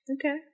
Okay